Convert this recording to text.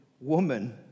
woman